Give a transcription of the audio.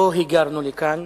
לא היגרנו לכאן,